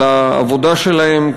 על העבודה שלהם,